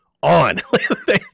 on